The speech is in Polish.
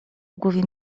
głowie